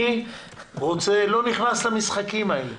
אני לא נכנס למשחקים האלה.